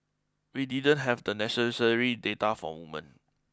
we didn't have the necessary data for woman